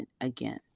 again